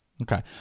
Okay